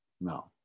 No